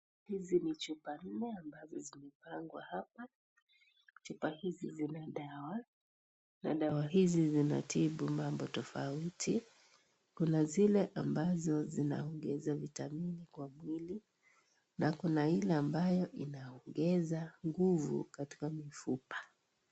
Hizi ni chupa nne ambazo zimepangwa hapa chupa hizi zina dawa na dawa hizi zinatibu mambo tofauti kuna zile ambazo zinaongeza vitamini kwa mwili na kuna ile ambayo inaongeza nguvu katika mifupa.